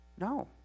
No